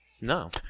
No